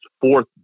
fourth